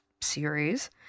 series